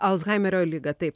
alzhaimerio ligą taip